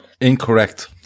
Incorrect